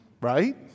Right